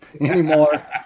anymore